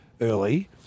early